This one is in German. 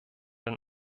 den